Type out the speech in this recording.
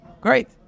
Great